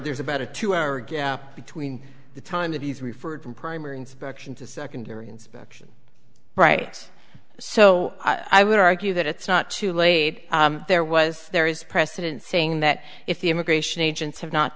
there's about a two hour gap between the time that he's referred from primary inspection to secondary inspection right so i would argue that it's not too late there was there is precedent saying that if the immigration agents have not